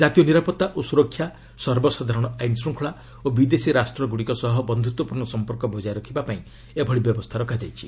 ଜାତୀୟ ନିରାପତ୍ତା ଓ ସୁରକ୍ଷା ସର୍ବସାଧାରଣ ଆଇନ୍ ଶୃଙ୍ଖଳା ଓ ବିଦେଶୀ ରାଷ୍ଟ୍ରଗୁଡ଼ିକ ସହ ବନ୍ଧୁତ୍ୱପୂର୍ଣ୍ଣ ସମ୍ପର୍କ ବଜାୟ ରଖିବା ପାଇଁ ଏଭଳି ବ୍ୟବସ୍ଥା ରଖାଯାଇଛି